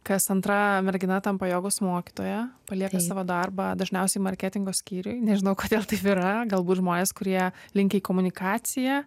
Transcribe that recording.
kas antra mergina tampa jogos mokytoja palieka savo darbą dažniausiai marketingo skyriuj nežinau kodėl taip yra galbūt žmonės kurie linkę į komunikaciją